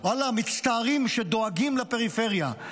לפריפריה, ואללה, מצטערים שדואגים לפריפריה.